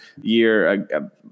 year